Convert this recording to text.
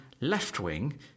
left-wing